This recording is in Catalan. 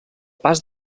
pas